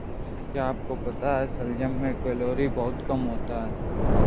क्या आपको पता है शलजम में कैलोरी बहुत कम होता है?